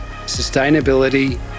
sustainability